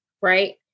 right